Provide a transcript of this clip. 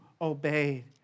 obeyed